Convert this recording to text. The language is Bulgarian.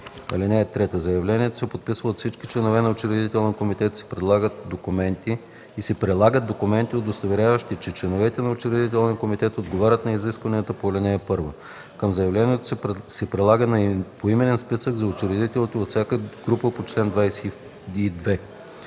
район. (3) Заявлението се подписва от всички членове на учредителния комитет и се прилагат документи, удостоверяващи, че членовете на учредителния комитет отговарят на изискванията на ал. 1. Към заявлението се прилага поименен списък на учредителите от всяка група по чл. 22.